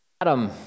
Adam